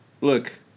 Look